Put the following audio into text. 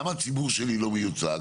למה הציבור שלי לא מיוצג?